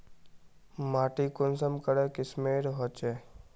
माटी कुंसम करे किस्मेर होचए?